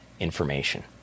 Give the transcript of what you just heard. information